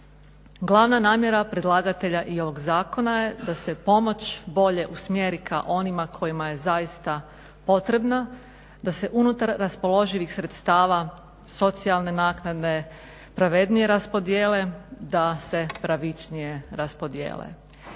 Glavna namjera predlagatelja i ovog zakona je da se pomoć bolje usmjeri ka onima kojima je zaista potrebna da se unutar raspoloživih sredstava socijalne naknade pravednije raspodjele, da se pravičnije raspodjele.